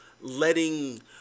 letting